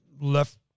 left